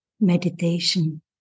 meditation